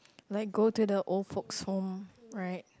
like go to the old folks home right